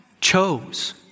chose